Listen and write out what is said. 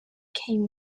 came